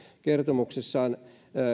kertomuksessaan